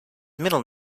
middle